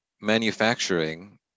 manufacturing